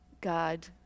God